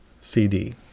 cd